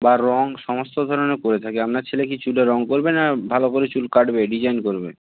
বা রং সমস্ত ধরনের করে থাকি আপনার ছেলে কি চুলে রং করবে না ভালো করে চুল কাটবে ডিজাইন করবে